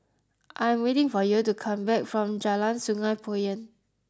I am waiting for Yael to come back from Jalan Sungei Poyan